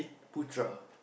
Putra